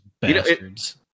Bastards